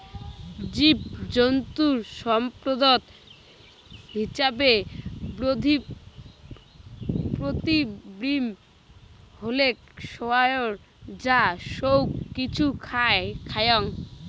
জীবজন্তু সম্পদ হিছাবে ব্যতিক্রম হইলেক শুয়োর যা সৌগ কিছু খায়ং